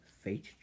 fate